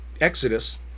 Exodus